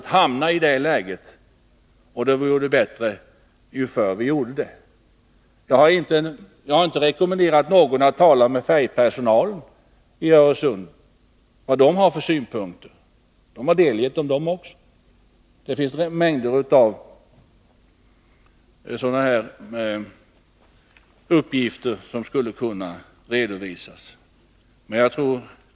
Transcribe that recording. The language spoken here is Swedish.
— att hamna i det läget, och då är det bättre ju förr vi gör det. Jag kunde ha rekommenderat någon att tala med personalen på färjorna över Öresund och höra vilka synpunkter de har. Också de har avgivit sina negativa synpunkter, och det finns mängder av andra uppgifter som skulle kunna redovisas.